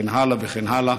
וכן הלאה וכן הלאה.